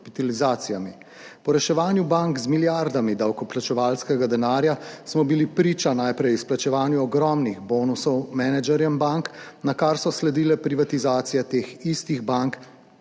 Po reševanju bank z milijardami davkoplačevalskega denarja smo bili priča najprej izplačevanju ogromnih bonusov menedžerjem bank, nakar so sledile privatizacije teh istih bank,